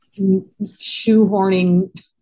shoehorning